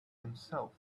himself